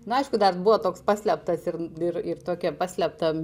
na aišku dar buvo toks paslėptas ir ir tokia paslėpta